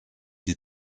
die